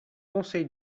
conseil